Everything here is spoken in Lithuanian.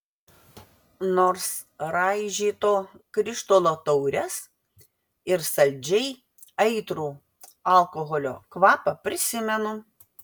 nors raižyto krištolo taures ir saldžiai aitrų alkoholio kvapą prisimenu